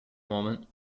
moment